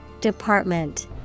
Department